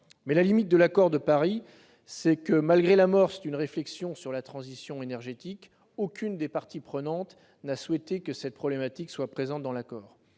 Paris a toutefois une limite : malgré l'amorce d'une réflexion sur la transition énergétique, aucune des parties prenantes n'a souhaité que cette problématique soit abordée dans l'accord.